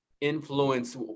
influence